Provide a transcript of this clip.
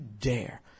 dare